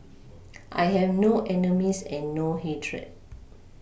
I have no enemies and no hatred